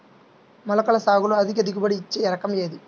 మొలకల సాగులో అధిక దిగుబడి ఇచ్చే రకం ఏది?